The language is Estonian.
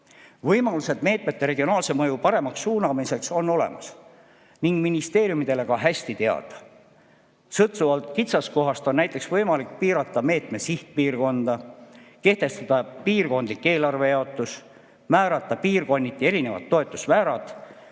Võimalused meetmete regionaalse mõju paremaks suunamiseks on olemas ning ministeeriumidele ka hästi teada. Sõltuvalt kitsaskohast on näiteks võimalik piirata meetme sihtpiirkonda, kehtestada piirkondlik eelarvejaotus, määrata piirkonniti erinevad toetusmäärad